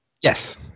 Yes